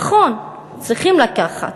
נכון, צריכים לקחת.